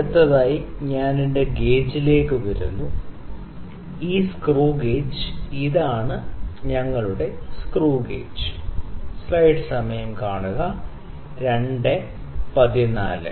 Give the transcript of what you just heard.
അടുത്തതായി ഞാൻ എന്റെ ഗേജിലേക്ക് വരുന്നു ഈ സ്ക്രൂ ഗേജ് ഇതാണ് ഞങ്ങളുടെ സ്ക്രൂ ഗേജ്